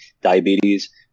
diabetes